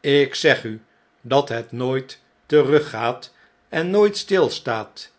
ik zeg u dat het nooit teruggaat en nooit stilstaat